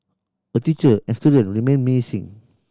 a teacher and student remain missing